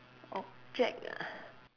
object ah